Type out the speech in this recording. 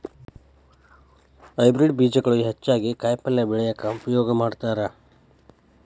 hybrid ಬೇಜಗಳು ಹೆಚ್ಚಾಗಿ ಕಾಯಿಪಲ್ಯ ಬೆಳ್ಯಾಕ ಉಪಯೋಗ ಮಾಡತಾರ